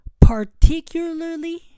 Particularly